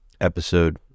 episode